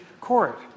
court